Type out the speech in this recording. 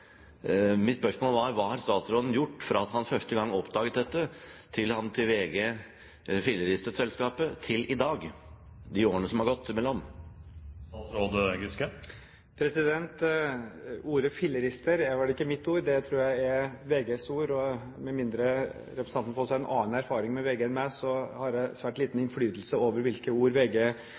til i dag – i de årene fra han oppdaget dette? Ordet «fillerister» er vel ikke mitt. Det tror jeg er VGs ord, og med mindre representanten Foss har en annen erfaring med VG enn meg, så vet han at jeg har svært liten innflytelse over hvilke ord VG